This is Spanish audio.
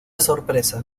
sorpresa